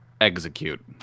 Execute